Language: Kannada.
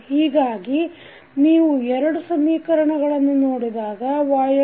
ಹೀಗಾಗಿ ನೀವು ಎರಡು ಸಮೀಕರಣಗಳನ್ನು ನೋಡಿದಾಗYsVsF1sF2